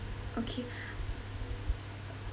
okay